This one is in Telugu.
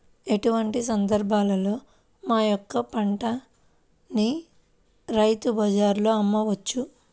ఎటువంటి సందర్బాలలో మా యొక్క పంటని రైతు బజార్లలో అమ్మవచ్చు?